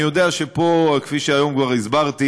אני יודע שפה, כפי שהיום כבר הסברתי,